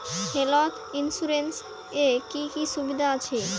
Health insurance এ কি কি সুবিধা আছে?